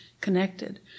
connected